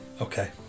Okay